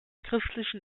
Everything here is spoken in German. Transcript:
christlichen